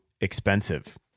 expensive